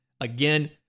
Again